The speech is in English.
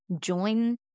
join